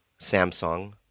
Samsung